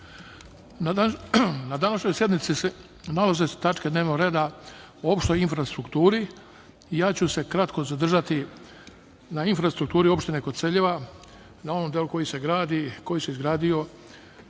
današnjoj sednici se nalaze tačke dnevnog reda o infrastrukturi i ja ću se kratko zadržati na infrastrukturi opštine Koceljeva, na ovom delu koji se gradi,